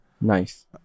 nice